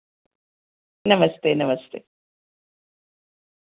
नमस्ते नमस्ते